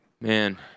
man